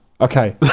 Okay